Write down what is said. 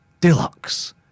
Deluxe